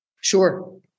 Sure